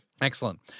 Excellent